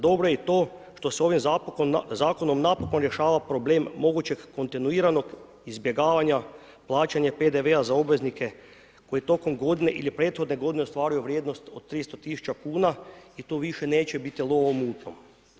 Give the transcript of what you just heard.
Dobro je i to što se ovim zakonom napokon rješava problem mogućeg kontinuiranog izbjegavanja plaćanja PDV-a za obveznike, koji tokom godine ili prethodne godine ostvaruju vrijednost od 300 tisuća kuna i tu više neće biti lova u mutnom.